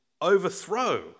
overthrow